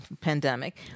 pandemic